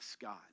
God